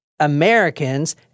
americans